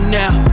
now